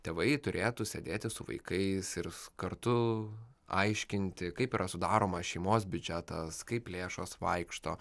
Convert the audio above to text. tėvai turėtų sėdėti su vaikais ir kartu aiškinti kaip yra sudaromas šeimos biudžetas kaip lėšos vaikšto